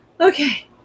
okay